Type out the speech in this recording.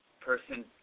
person